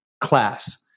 class